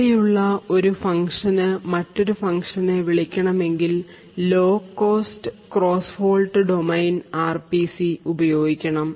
അവിടെ ഉള്ള ഒരു ഫംഗ്ഷന് മറ്റൊരു ഫംഗ്ഷന്നെ വിളിക്കണമെങ്കിൽ low cost cross fault domain R P C ഉപയോഗിക്കണം